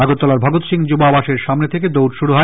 আগরতলার ভগৎ সিং যুব আবাসের সামনে থেকে দৌড় শুরু হয়